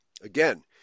Again